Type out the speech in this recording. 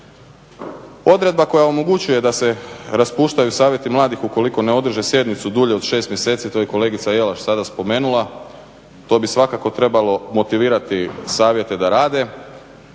Odredba koja omogućuje da se raspuštaju savjeti mladih ukoliko ne održe sjednicu dulje od 6 mjeseci, to je kolegica Jelaš sada spomenula, to bi svakako trebalo motivirati savjete da rade,